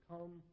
Come